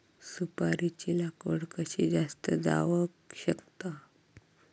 सुपारीची लागवड कशी जास्त जावक शकता?